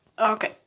Okay